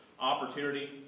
opportunity